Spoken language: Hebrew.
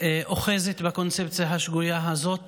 אוחזת בקונספציה השגויה הזאת,